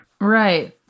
Right